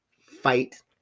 fight